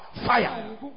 Fire